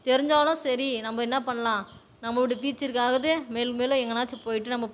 தெரிஞ்சாலும் சரி நம்ம என்ன பண்ணலாம் நம்முடைய ஃபீச்சர்க்காகவது மேலும் மேலும் எங்கனாச்சி போயிட்டு நம்ம